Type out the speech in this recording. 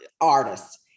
artists